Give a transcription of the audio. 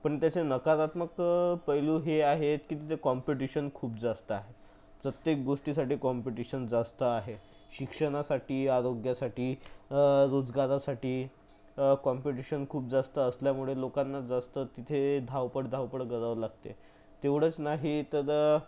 पण त्याचे नकारात्मक पैलू हे आहेत की तिथे कॉम्पिटिशन खूप जास्त आहे प्रत्येक गोष्टीसाठी कॉम्पिटिशन जास्त आहे शिक्षणासाठी आरोग्यासाठी रोजगारासाठी कॉम्पिटिशन खूप जास्त असल्यामुळे लोकांना जास्त तिथे धावपळ धावपळ करावं लागते तेवढंच नाही तर